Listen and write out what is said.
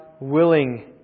willing